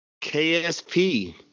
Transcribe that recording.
KSP